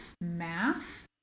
math